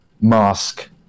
mask